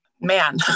Man